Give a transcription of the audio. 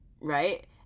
right